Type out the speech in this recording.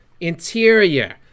Interior